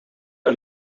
een